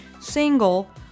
single